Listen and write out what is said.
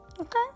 okay